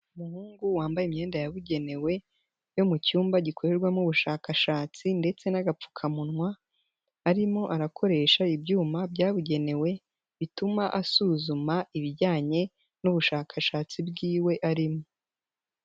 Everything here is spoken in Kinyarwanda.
Umuhungu wambaye imyenda yabugenewe yo mu cyumba gikorerwamo ubushakashatsi ndetse n'agapfukamunwa, arimo arakoresha ibyuma byabugenewe bituma asuzuma ibijyanye n'ubushakashatsi bwiwe arimo.